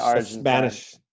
Spanish